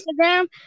Instagram